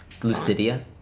Lucidia